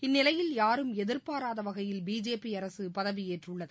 இந்தநிலையில் யாரும் எதிர்பாராத வகையில் பிஜேபி அரசு பதவியேற்றுள்ளது